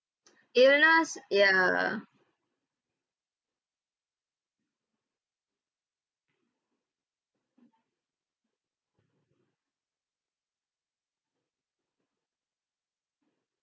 it last yeah